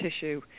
tissue